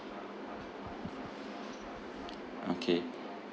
okay